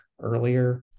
earlier